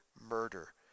murder